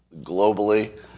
globally